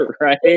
right